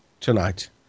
tonight